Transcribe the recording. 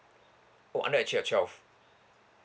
oh under age of twelve